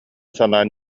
санаан